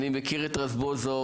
אני מכיר את רזבוזוב,